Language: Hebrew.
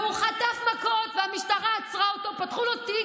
והוא חטף מכות, והמשטרה עצרה אותו, פתחו לו תיק.